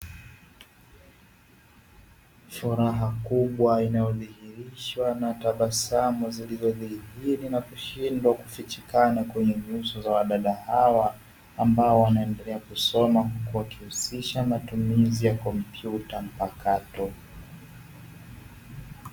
Furaha kubwa inayodhihirishwa na tabasamu zilizodhiri nakushindwa kufichikana kwenye nyuso za wadada hawa ambao wanaendelea kusoma huku wakihusisha matumizi ya kompyuta mpakato.